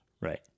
right